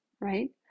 right